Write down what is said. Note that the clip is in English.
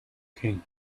king